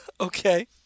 Okay